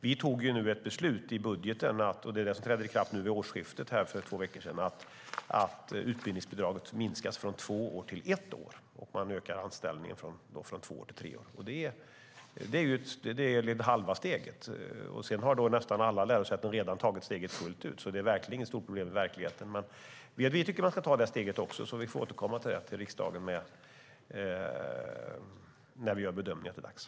Vi fattade nu ett beslut i budgeten - och det är vad som trädde i kraft nu vid årsskiftet för två veckor sedan - att utbildningsbidraget minskas från två år till ett år, och man ökar anställningen två år till tre år. Det är det halva steget, och sedan har nästan alla lärosäten tagit steget fullt ut. Det är inget stort problem i verkligheten. Vi tycker att man också ska ta det steget. Vi får återkomma med det till riksdagen när vi gör bedömningen att det är dags.